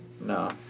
No